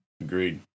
Agreed